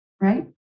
right